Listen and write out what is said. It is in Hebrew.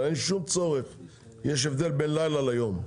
אבל יש הבדל בין לילה ליום.